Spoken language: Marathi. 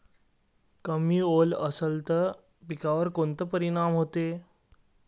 कमी ओल असनं त पिकावर काय परिनाम होते?